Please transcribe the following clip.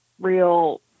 real